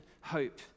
hope